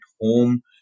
home